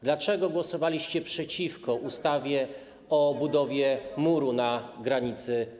Dlaczego głosowaliście przeciwko ustawie o budowie muru na granicy?